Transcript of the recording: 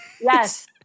yes